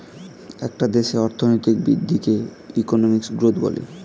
একটা দেশের অর্থনৈতিক বৃদ্ধিকে ইকোনমিক গ্রোথ বলে